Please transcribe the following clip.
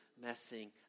messing